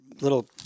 little